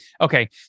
Okay